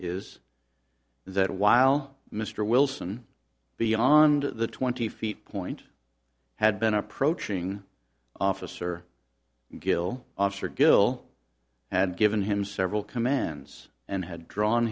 is that while mr wilson beyond the twenty feet point had been approaching officer gil officer gil had given him several commands and had drawn